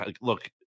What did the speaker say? look